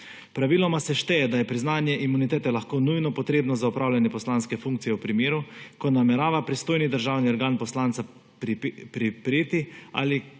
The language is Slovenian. Praviloma se šteje, da je priznanje imunitete lahko nujno potrebno za opravljanje poslanske funkcije v primeru, ko namerava pristojni državni organ poslanca pripreti ali